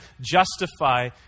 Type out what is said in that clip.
justify